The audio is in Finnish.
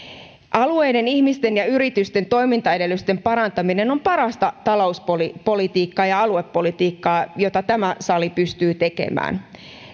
alueiden ihmisten ja yritysten toimintaedellytysten parantaminen on parasta talouspolitiikkaa ja aluepolitiikkaa mitä tämä sali pystyy tekemään